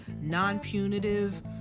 non-punitive